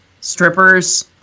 strippers